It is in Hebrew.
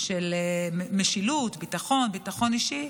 של משילות, ביטחון, ביטחון אישי,